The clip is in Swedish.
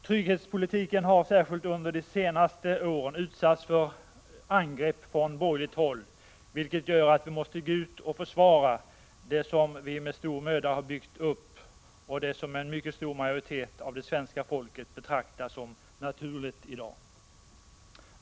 Trygghetspolitiken har särskilt under senare år utsatts för angrepp från borgerligt håll, vilket gör att vi måste gå ut och försvara det som vi med stor möda har byggt upp och det som en mycket stor majoritet av det svenska folket betraktar som naturligt i dag.